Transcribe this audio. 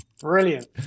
Brilliant